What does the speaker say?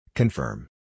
Confirm